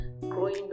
growing